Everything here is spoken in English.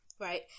Right